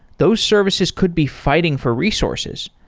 those services could be fighting for resources.